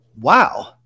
Wow